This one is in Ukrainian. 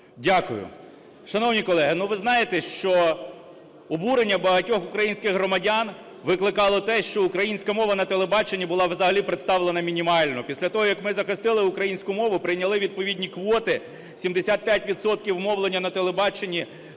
Дякую. Шановні колеги, ну, ви знаєте, що обурення багатьох українських громадян викликало те, що українська мова на телебаченні була взагалі представлена мінімально. Після того, як ми захистили українську мову, прийняли відповідні квоти, 75 відсотків мовлення на телебаченні